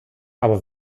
aber